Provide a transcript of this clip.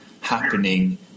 happening